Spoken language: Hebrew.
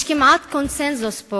יש כמעט קונסנזוס פה